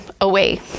away